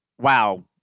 wow